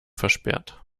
versperrt